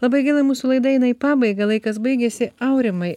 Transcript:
labai gaila mūsų laida eina į pabaigą laikas baigėsi aurimai